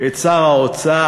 את שר האוצר,